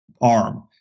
arm